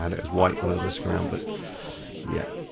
and it was white when i was messing around but yeah,